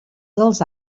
dels